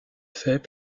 fait